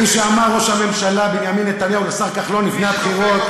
כפי שאמר ראש הממשלה בנימין נתניהו לשר כחלון לפני הבחירות,